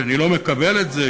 ואני לא מקבל את זה,